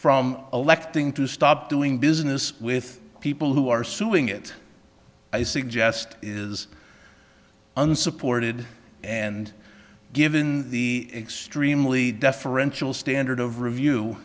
from electing to stop doing business with people who are suing it i suggest is unsupported and given the extremely deferential standard of review